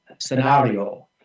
Scenario